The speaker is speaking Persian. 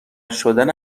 شدن